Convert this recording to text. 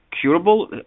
curable